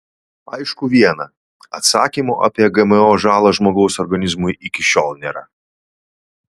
aišku viena atsakymo apie gmo žalą žmogaus organizmui iki šiol nėra